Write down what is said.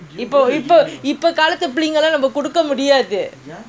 இப்பஇப்பகாலத்துபிள்ளைகளுக்குநாமகுடுக்கமுடியாது:ipa ipa kaalathu pillaikaluku naama kudukka mudiyaathu